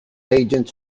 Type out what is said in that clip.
agents